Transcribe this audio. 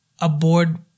aboard